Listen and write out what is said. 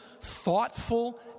thoughtful